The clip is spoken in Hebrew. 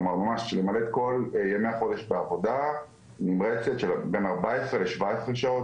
כלומר ממש למלא את כל ימי החודש בעבודה נמרצת של בין 17-14 שעות.